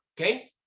Okay